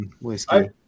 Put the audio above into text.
whiskey